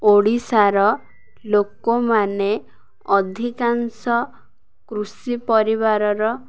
ଓଡ଼ିଶାର ଲୋକମାନେ ଅଧିକାଂଶ କୃଷି ପରିବାରର